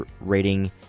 rating